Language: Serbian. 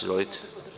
Izvolite.